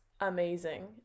amazing